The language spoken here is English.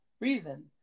reason